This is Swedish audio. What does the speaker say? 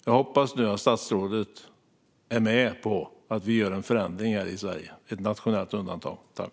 Jag hoppas att statsrådet är med på att göra en förändring i Sverige, ett nationellt undantag.